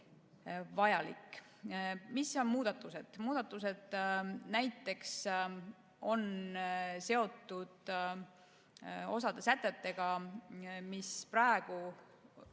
on muudatused? Muudatused näiteks on seotud osa sätetega, mis praeguseni